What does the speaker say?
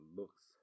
looks